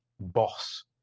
boss